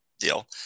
deal